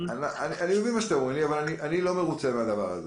מה שאתם אומרים לי, אבל אני לא מרוצה מזה.